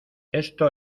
esto